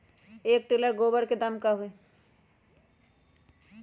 एक टेलर गोबर के दाम का होई?